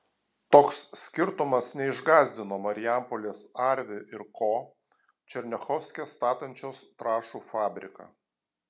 toks skirtumas neišgąsdino marijampolės arvi ir ko černiachovske statančios trąšų fabriką